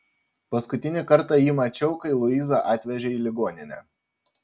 paskutinį kartą jį mačiau kai luizą atvežė į ligoninę